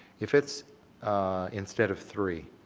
if it's instead of three,